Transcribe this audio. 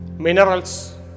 Minerals